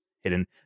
hidden